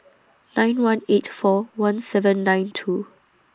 nine one eight four one seven nine two